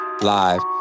live